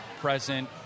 present